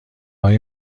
های